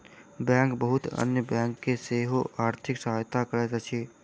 bank बहुत अन्य bank के सेहो आर्थिक सहायता करैत अछि